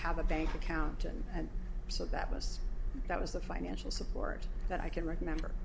have a bank account and so that was that was the financial support that i can write member